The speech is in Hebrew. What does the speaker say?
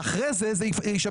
שאחר כך יוכלו לשמש